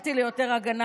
ציפיתי ליותר הגנה,